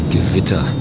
Gewitter